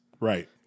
Right